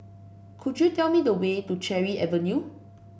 could you tell me the way to Cherry Avenue